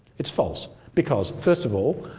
it's false. because first of all